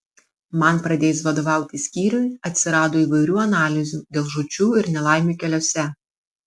man pradėjus vadovauti skyriui atsirado įvairių analizių dėl žūčių ir nelaimių keliuose